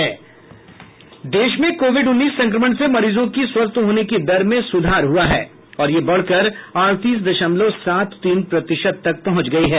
देश में कोविड उन्लीस संक्रमण से मरीजों की स्वस्थ होने की दर में सुधार हुआ है और यह बढ़कर अड़तीस दशमलव सात तीन प्रतिशत तक पहुंच गई है